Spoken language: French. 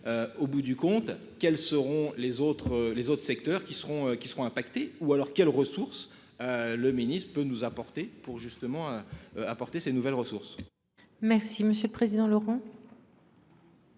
Au bout du compte quelles seront les autres les autres secteurs qui seront qui seront impactées ou alors quelles ressources. Le ministre il peut nous apporter pour justement. Apporter ces nouvelles ressources. Merci monsieur le président, Laurent.